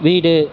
வீடு